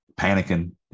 panicking